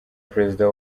perezida